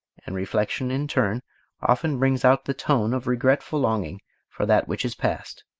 and reflection in turn often brings out the tone of regretful longing for that which is past